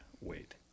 wait